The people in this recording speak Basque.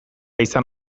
izan